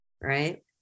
Right